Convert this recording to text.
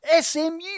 SMU